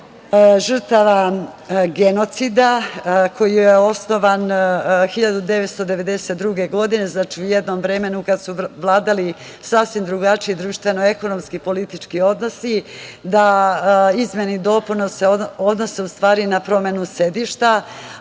žrtava genocida, koji je osnovan 1992. godine, znači u jednom vremenu kada su vladali sasvim drugačiji društveno-ekonomski politički odnosi, da izmene i dopune se odnose u stvari na promenu sedišta,